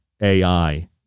AI